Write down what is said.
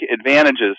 advantages